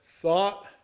thought